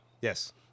Yes